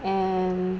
and